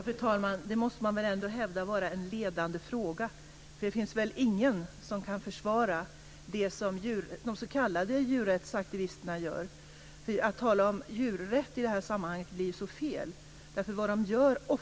Fru talman! Det måste man väl ändå hävda vara en ledande fråga? Det finns väl ingen som kan försvara det som de s.k. djurrättsaktivisterna gör. Att tala om djurrätt i det här sammanhanget blir så fel.